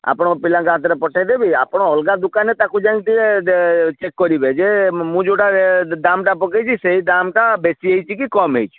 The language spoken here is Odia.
ଆପଣଙ୍କ ପିଲାଙ୍କ ହାତରେ ପଠାଇଦେବି ଆପଣ ଅଲଗା ଦୋକାନରେ ତାକୁ ଯାଇକି ଟିକିଏ ଚେକ୍ କରିବେ ଯେ ମୁଁ ଯେଉଁଟା ଦାମ୍ଟା ପକାଇଛି ସେଇ ଦାମ୍ଟା ବେଶୀ ହେଇଛି କି କମ୍ ହେଇଛି